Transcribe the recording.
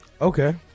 Okay